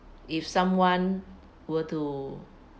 if someone were to